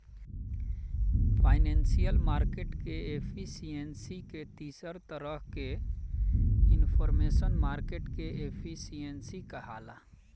financial market के efficiency के तीसर तरह के इनफॉरमेशनल मार्केट एफिशिएंसी कहाला